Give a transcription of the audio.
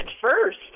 first